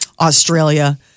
Australia